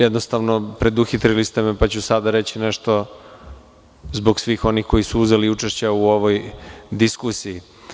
Jednostavno preduhitrili ste me pa ću sada reći nešto zbog svih onih koji su uzeli učešće u ovoj diskusiji.